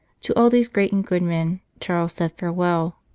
to all these great and good men charles said farewell,